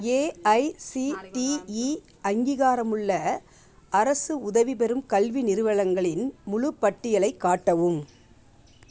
AICTE அங்கீகாரமுள்ள அரசு உதவி பெறும் கல்வி நிறுவளங்களின் முழுப் பட்டியலைக் காட்டவும்